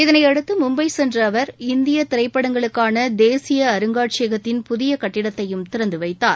இதனையடுத்து மும்பை சென்ற அவர் இந்திய திரைப்படங்களுக்கான தேசிய அருங்காட்சியகத்தின் புதிய கட்டிடத்தையும் திறந்து வைத்தார்